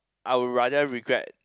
I will rather regret